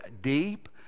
deep